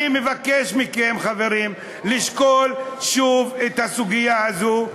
אני מבקש מכם, חברים, לשקול שוב את הסוגיה הזו.